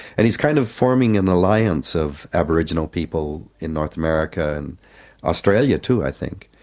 and he's kind of forming an alliance of aboriginal people in north america, and australia too i think.